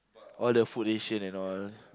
all the food ration and all